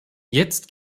jetzt